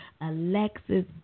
Alexis